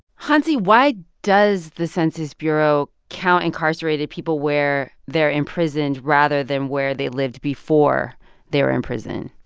hansi, why does the census bureau count incarcerated people where they're imprisoned rather than where they lived before they were in prison?